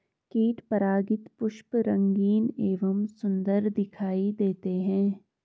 कीट परागित पुष्प रंगीन एवं सुन्दर दिखाई देते हैं